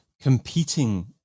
competing